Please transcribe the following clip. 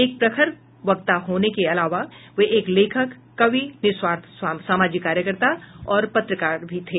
एक प्रखर वक्ता होने के अलावा वे एक लेखक कवि निस्वार्थ सामाजिक कार्यकर्ता और पत्रकार भी थे